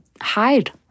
hide